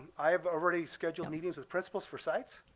i have already scheduled meetings with principals for sites.